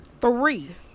three